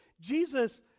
Jesus